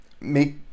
make